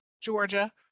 Georgia